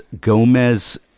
Gomez